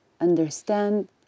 understand